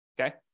okay